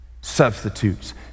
substitutes